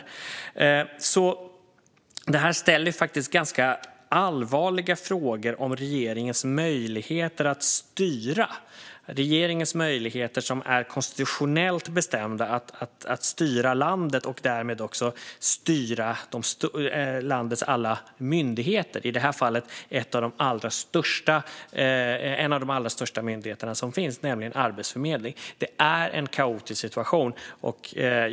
Detta ger anledning att ställa ganska allvarliga frågor om regeringens möjligheter - som är konstitutionellt bestämda - att styra landet och därmed också styra landets alla myndigheter. I detta fall handlar det om en av de allra största myndigheter som finns, nämligen Arbetsförmedlingen. Det är en kaotisk situation.